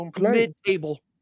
mid-table